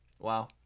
Wow